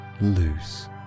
loose